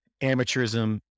amateurism